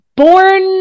Born